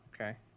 okay